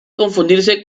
confundirse